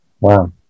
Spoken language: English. wow